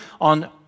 on